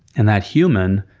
and that human,